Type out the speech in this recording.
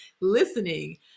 listening